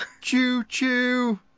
Choo-choo